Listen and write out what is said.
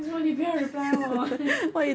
为什么你不要 reply 我